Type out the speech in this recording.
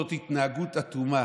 זאת התנהגות אטומה.